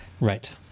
Right